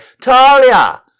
Talia